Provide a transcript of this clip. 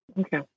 okay